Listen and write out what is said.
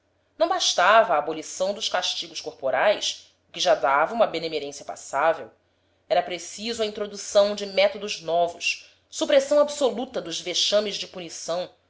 não bastava a abolição dos castigos corporais o que já dava uma benemerência passável era preciso a introdução de métodos novos supressão absoluta dos vexames de punição